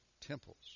temples